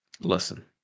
Listen